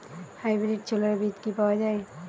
Hybrid ছোলার বীজ কি পাওয়া য়ায়?